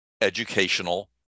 educational